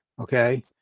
Okay